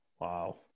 Wow